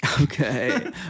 Okay